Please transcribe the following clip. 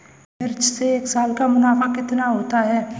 मिर्च से एक साल का मुनाफा कितना होता है?